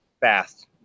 fast